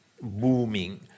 booming